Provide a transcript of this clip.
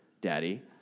Daddy